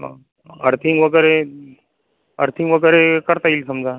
हा अर्थिंग वगैरे अर्थिंग वगैरे करता येईल समजा